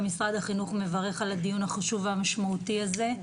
גם משרד החינוך מברך על הדיון החשוב והמשמעותי הזה.